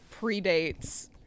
predates